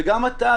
וגם אתה,